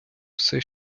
все